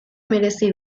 merezi